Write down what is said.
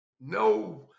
no